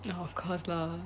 of course lah